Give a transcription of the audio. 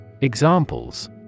Examples